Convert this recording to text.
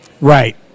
Right